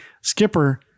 Skipper